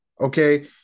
Okay